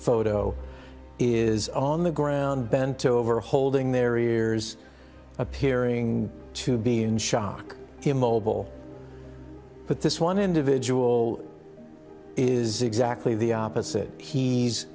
photo is on the ground bent over holding their ears appearing to be in shock to mobile but this one individual is exactly the opposite he